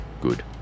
good